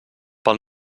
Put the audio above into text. pel